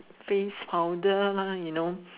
face powder ah you know